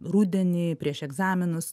rudenį prieš egzaminus